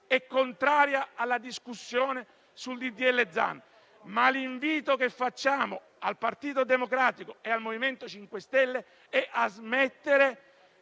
è contraria alla discussione sul disegno di legge Zan, ma l'invito che facciamo al Partito Democratico e al MoVimento 5 Stelle è di smettere